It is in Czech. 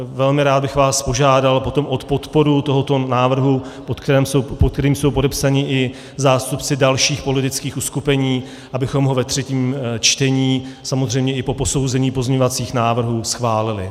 Velmi rád bych vás potom požádal o podporu tohoto návrhu, pod kterým jsou podepsaní i zástupci dalších politických uskupení, abychom ho ve třetím čtení samozřejmě i po posouzení pozměňovacích návrhů schválili.